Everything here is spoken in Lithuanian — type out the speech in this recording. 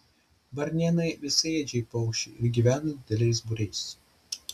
varnėnai visaėdžiai paukščiai ir gyvena dideliais būriais